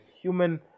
human